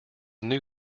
new